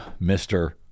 Mr